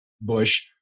Bush